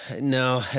No